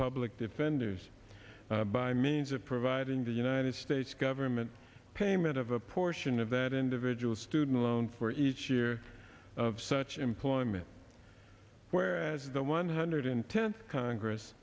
public defenders by means of providing the united states government payment of a portion of that individual student loan for each year of such employment whereas the one hundred tenth congress